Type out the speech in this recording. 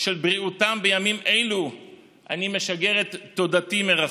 בריאותם בימים אלו אני משגר את תודתי מרחוק.